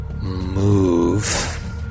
move